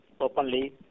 openly